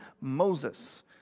Moses